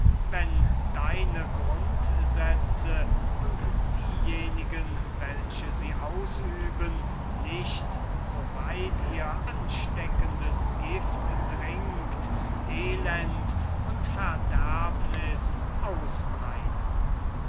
wenn deine grundsätze und diejenige welche sie ausüben nicht so weit ihr ansteckendes gift dringt elend und verderbnis ausbreiteten